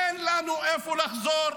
אין לנו לאיפה לחזור.